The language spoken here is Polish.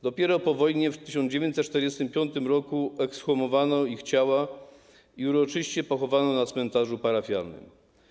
Dopiero po wojnie, w 1945 r. ekshumowano ich ciała i uroczyście pochowano na cmentarzu parafialnym.